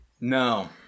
no